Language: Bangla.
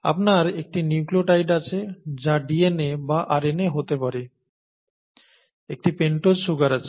আপনার একটি নিউক্লিওটাইড আছে যা DNA বা RNA হতে পারে একটি পেন্টোজ সুগার আছে